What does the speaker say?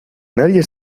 nadie